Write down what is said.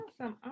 awesome